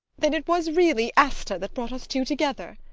then it was really asta that brought us two together?